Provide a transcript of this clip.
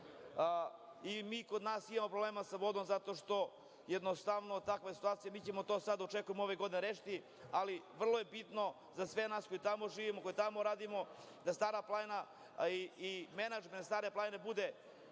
i mi ko nas imamo problema sa vodom zato što jednostavno takva je situacija, mi ćemo to sad očekujemo ove godine da rešimo, ali vrlo je bitno za sve nas koji tamo živimo, koji tamo radimo, da Stara planina i menadžment Stare planine bude